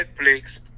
Netflix